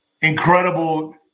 incredible